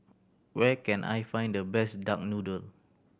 where can I find the best duck noodle